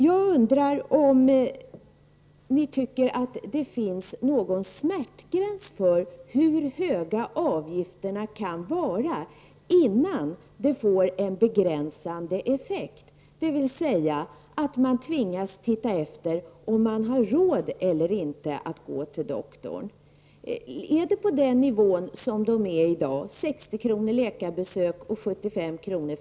Jag undrar om ni tycker att det finns en smärtgräns för hur höga avgifterna kan vara, innan de får en begränsande effekt, dvs. att man tvingas titta efter om man har råd eller inte att gå till doktorn. Är det på den nivån som avgifterna är i dag, 60 kr. för läkarbesök och 75 kr.